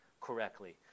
correctly